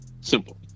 Simple